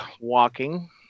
walking